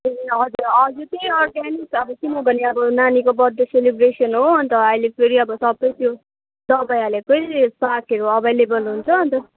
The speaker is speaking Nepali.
ए हजुर हजुर हजुर त्यही अर्ग्यानिक किनभने नानीको बर्थडे सेलिब्रेसन हो अन्त अहिले फेरि अब सबै त्यो दबाई हालेकै सागहरू अभाइलेबल हुन्छ अन्त